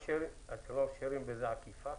אתם לא מאפשרים בזה עקיפה?